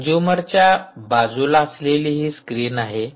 कंजूमरच्या बाजूला असलेली ही स्क्रिन आहे